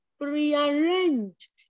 prearranged